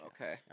Okay